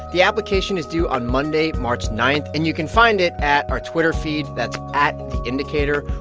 the application is due on monday, march nine. and you can find it at our twitter feed. that's at theindicator.